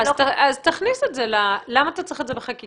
אז תכניס את זה למה אתה צריך את זה בחקיקה?